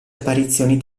apparizioni